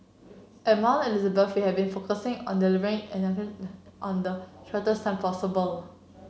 at Mount Elizabeth we have been focusing on delivering an and shortest possible